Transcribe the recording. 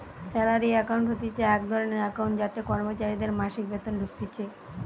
salary account হতিছে এক ধরণের একাউন্ট যাতে কর্মচারীদের মাসিক বেতন ঢুকতিছে